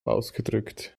ausgedrückt